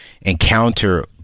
encounter